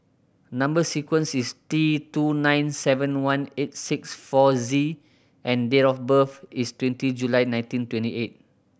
number sequence is T two nine seven one eight six four Z and date of birth is twenty June nineteen twenty eight